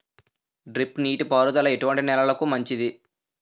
Drip నీటి పారుదల ఎటువంటి నెలలకు మంచిది?